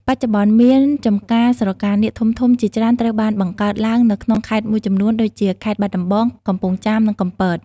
បច្ចុប្បន្ន មានចម្ការស្រកានាគធំៗជាច្រើនត្រូវបានបង្កើតឡើងនៅក្នុងខេត្តមួយចំនួនដូចជា ខេត្តបាត់ដំបង កំពង់ចាម និងកំពត។